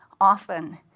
often